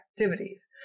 activities